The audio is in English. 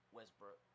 Westbrook